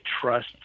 trust